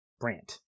Brant